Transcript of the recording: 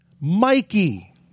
Mikey